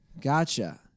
Gotcha